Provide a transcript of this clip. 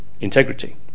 integrity